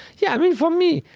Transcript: yeah. i mean, for me,